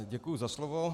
Děkuji za slovo.